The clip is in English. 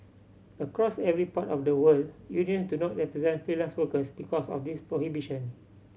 across every part of the world unions do not represent freelance workers because of this prohibition